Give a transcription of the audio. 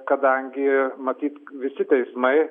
kadangi matyt visi teismai